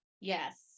Yes